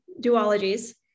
duologies